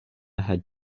had